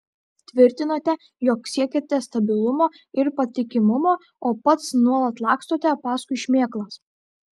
tvirtinate jog siekiate stabilumo ir patikimumo o pats nuolat lakstote paskui šmėklas